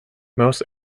most